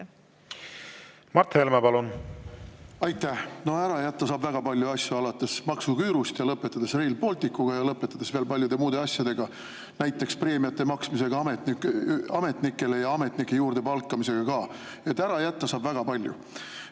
Mart Helme, palun! Aitäh! Ära jätta saab väga palju asju, alates maksuküürust, lõpetades Rail Balticu ja veel paljude muude asjadega, näiteks preemiate maksmisega ametnikele ja ametnike juurde palkamisega. Ära jätta saab väga palju